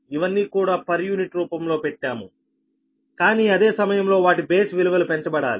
ఇవన్నీ కూడా per unit రూపంలో పెట్టాముకానీ అదే సమయంలో వాటి బేస్ విలువలు పెంచబడాలి